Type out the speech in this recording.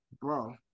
bro